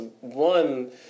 one